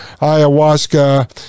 ayahuasca